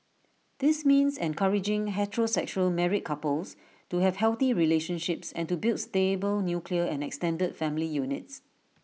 this means encouraging heterosexual married couples to have healthy relationships and to build stable nuclear and extended family units